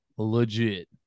Legit